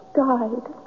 died